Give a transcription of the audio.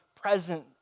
present